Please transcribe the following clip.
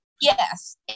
Yes